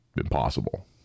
impossible